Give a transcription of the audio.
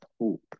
hope